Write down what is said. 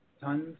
tons